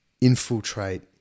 infiltrate